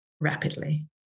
rapidly